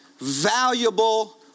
valuable